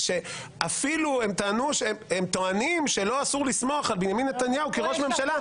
שאפילו הם טוענים שאסור לסמוך על בנימין נתניהו כראש ממשלה,